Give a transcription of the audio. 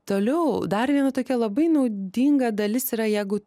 toliau dar viena tokia labai naudinga dalis yra jeigu